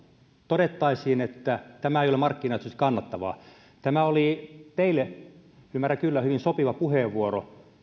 todettaisiin että tämä ei ole markkinaehtoisesti kannattavaa tämä oli teille ymmärrän kyllä hyvin sopiva puheenvuoro